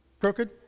crooked